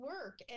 work